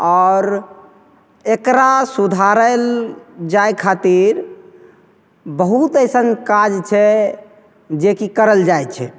आओर एकरा सुधारै जाहि खातिर बहुत अइसन काज छै जेकि करल जाइ छै